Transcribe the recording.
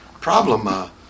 problem